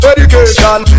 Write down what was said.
Education